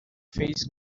fez